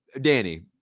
Danny